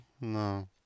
No